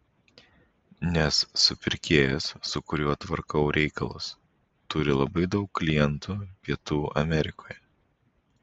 nes supirkėjas su kuriuo tvarkau reikalus turi labai daug klientų pietų amerikoje